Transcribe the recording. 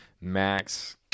Max